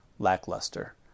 lackluster